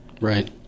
Right